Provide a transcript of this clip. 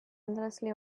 endlessly